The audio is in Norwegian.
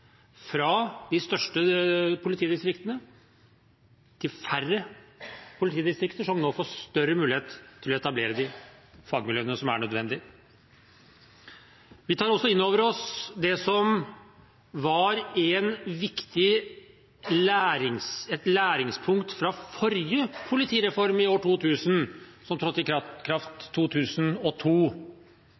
fra de største politidistriktene til færre politidistrikter, som nå får større mulighet til å etablere fagmiljøene som er nødvendig. Vi tar også inn over oss det som var et viktig læringspunkt fra forrige politireform i år 2000, som trådte i kraft fra 2002.